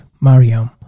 Mariam